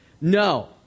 No